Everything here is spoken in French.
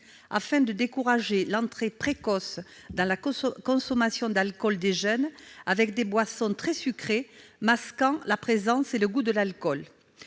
afin de décourager l'entrée précoce des jeunes dans la consommation d'alcool par le biais de boissons très sucrées masquant la présence et le goût de l'alcool.